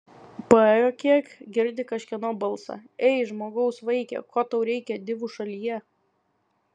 paėjo kiek girdi kažkieno balsą ei žmogaus vaike ko tau reikia divų šalyje